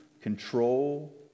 control